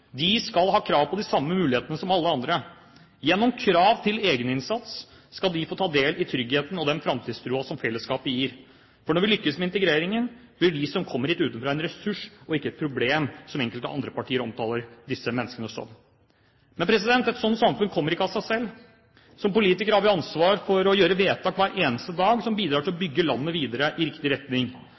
skal ha krav på de samme mulighetene som alle andre. Gjennom krav til egeninnsats skal de få ta del i den tryggheten og den framtidstroen som fellesskapet gir. For når vi lykkes med integreringen, blir de som kommer hit utenfra, en ressurs og ikke et problem, som enkelte andre partier omtaler disse menneskene som. Men et slikt samfunn kommer ikke av seg selv. Som politikere har vi hver eneste dag ansvar for å gjøre vedtak som bidrar til å bygge landet videre i riktig retning.